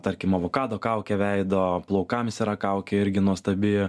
tarkim avokado kaukė veido plaukams yra kaukė irgi nuostabi